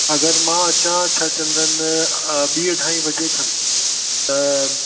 अगरि मां अचां छा चवंदा आहिनि ॿीं अढाई बजे खनि त